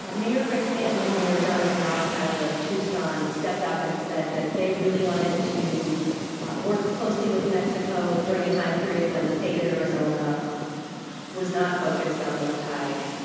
mayor greg stanton and mayor jonathan rothschild of tucson stepped up and said that they really wanted to work closely with mexico during a time period when the state of arizona was not focused on those ties.